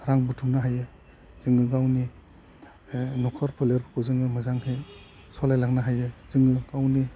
रां बुथुमनो हायो जोङो गावनि नख'र फोरलेफोरखौ जोङो मोजाङै सलायलांनो हायो जोङो गावनि